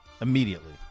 immediately